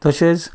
तशेंच